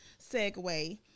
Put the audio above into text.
segue